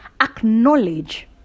acknowledge